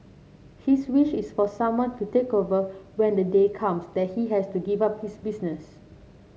his wish is for someone to take over when the day comes that he has to give up his business